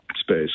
space